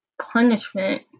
punishment